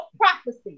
prophecy